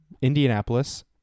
Indianapolis